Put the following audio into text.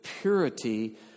purity